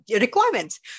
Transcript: requirements